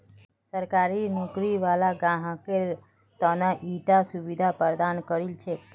सरकारी नौकरी वाला ग्राहकेर त न ईटा सुविधा प्रदान करील छेक